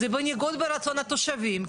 זה בניגוד לרצון התושבים.